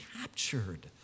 captured